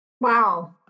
Wow